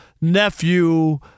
nephew